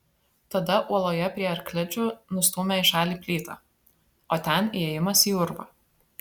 tada uoloje prie arklidžių nustūmė į šalį plytą o ten įėjimas į urvą